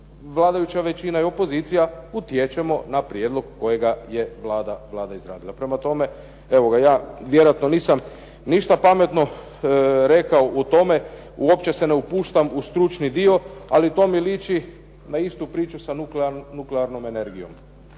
vladajuća većina i opozicija utječemo na prijedlog kojega je Vlada izradila. Prema tome, evo ga ja vjerojatno nisam ništa pametno rekao o tome. Uopće se ne upuštam u stručni dio, ali to mi liči na istu priču sa nuklearnom energijom.